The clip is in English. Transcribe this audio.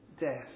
death